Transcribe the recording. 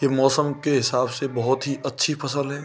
यह मौसम के हिसाब से बहुत ही अच्छी फसल है